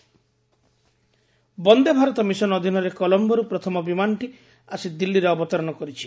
Vande Bharat mission Sri Lanka Vande Bharat mission ଅଧୀନରେ କଲୋମ୍ଭରୁ ପ୍ରଥମ ବିମାନଟି ଆସି ଦିଲ୍ଲୀରେ ଅବତରଣ କରିଛି